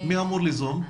מי אמור ליזום?